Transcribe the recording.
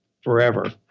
forever